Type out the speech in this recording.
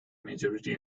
majority